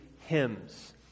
hymns